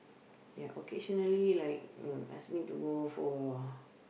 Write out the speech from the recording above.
ya occasionally like oh ask me to go for